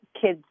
kids